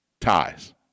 ties